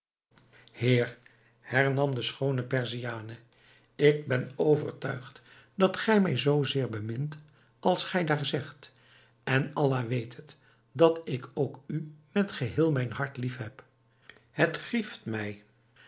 heer hernam de schoone perziane ik ben overtuigd dat gij mij zoo zeer bemint als gij daar zegt en allah weet het dat ik ook u met geheel mijn hart liefheb het grieft mij